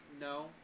no